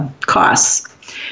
costs